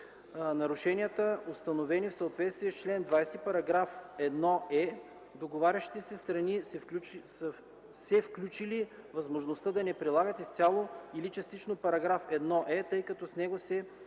нарушенията, установени в съответствие с чл. 20, § 1е. Договарящите се страни са включили възможността да не прилагат изцяло или частично § 1е, тъй като с него се